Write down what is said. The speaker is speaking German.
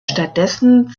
stattdessen